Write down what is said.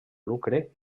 lucre